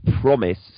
promise